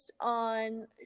on